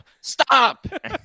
stop